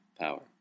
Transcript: power